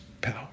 power